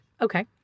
Okay